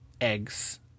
eggs